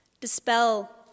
dispel